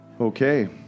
Okay